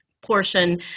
portion